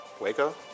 Waco